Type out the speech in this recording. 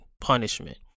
punishment